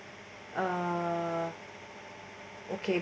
ah okay